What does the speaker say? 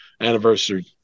anniversary